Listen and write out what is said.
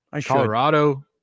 Colorado